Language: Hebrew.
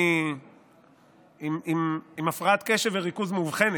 אני עם הפרעת קשב וריכוז מאובחנת.